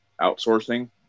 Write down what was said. outsourcing